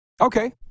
Okay